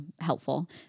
helpful